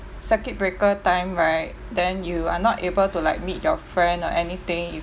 circuit breaker time right then you are not able to like meet your friend or anything you